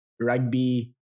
rugby